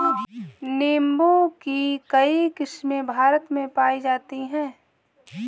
नीम्बू की कई किस्मे भारत में पाई जाती है